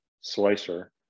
slicer